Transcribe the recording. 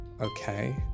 okay